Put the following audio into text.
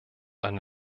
eine